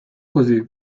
così